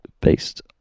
based